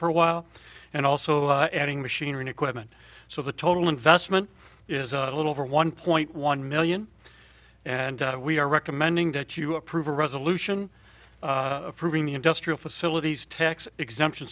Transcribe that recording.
for a while and also adding machine equipment so the total investment is a little over one point one million and we are recommending that you approve a resolution approving the industrial facilities tax exemption